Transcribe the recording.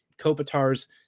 Kopitar's